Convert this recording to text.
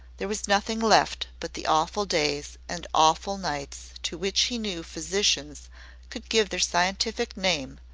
there was nothing left but the awful days and awful nights to which he knew physicians could give their scientific name,